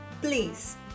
Please